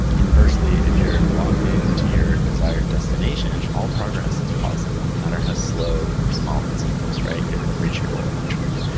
inversely, if you're locked into your desired destination, all progress is positive, no matter how slow or small it seems. you're gonna reach your goal eventually,